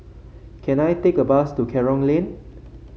can I take a bus to Kerong Lane